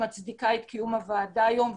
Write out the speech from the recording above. מצדיקה היום את קיום הוועדה היום.